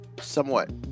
somewhat